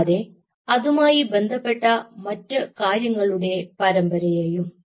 കൂടാതെ അതുമായി ബന്ധപ്പെട്ട മറ്റ് കാര്യങ്ങളുടെ പരമ്പരയെയും